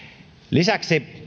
lisäksi